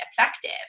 effective